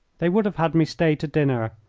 they would have had me stay to dinner,